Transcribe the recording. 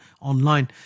online